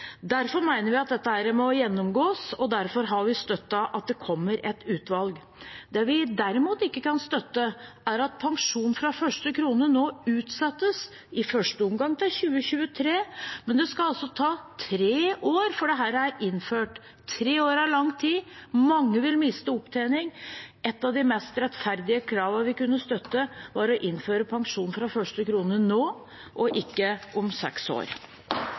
det kommer et utvalg. Det vi derimot ikke kan støtte, er at pensjon fra første krone nå utsettes, i første omgang til 2023, men det skal altså ta tre år før dette er innført. Tre år er lang tid. Mange vil miste opptjening. Et av de mest rettferdige kravene vi kunne støttet, ville vært å innføre pensjon fra første krone nå og ikke om fire år.